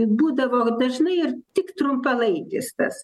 būdavo dažnai ir tik trumpalaikis tas